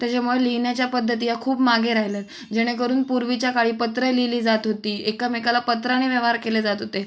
त्याच्यामुळे लिहिण्याच्या पद्धती या खूप मागे राहिल्या आहेत जेणेकरून पूर्वीच्या काळी पत्रं लिहिली जात होती एकमेकाला पत्राने व्यवहार केले जात होते